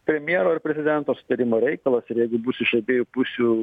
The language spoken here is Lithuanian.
premjero ir prezidento sutarimo reikalas ir jeigu bus iš abiejų pusių